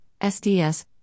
SDS